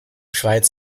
schweiz